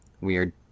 weird